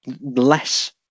less